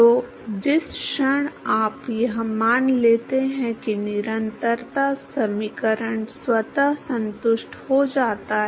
तो जिस क्षण आप यह मान लेते हैं कि निरंतरता समीकरण स्वतः संतुष्ट हो जाता है